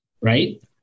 right